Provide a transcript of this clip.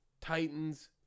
Titans